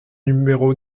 numéro